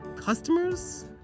Customers